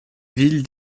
ville